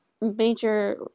major